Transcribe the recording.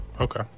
Okay